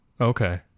Okay